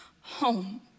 home